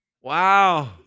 Wow